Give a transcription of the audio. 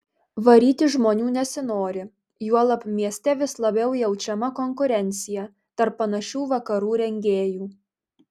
varyti žmonių nesinori juolab mieste vis labiau jaučiama konkurencija tarp panašių vakarų rengėjų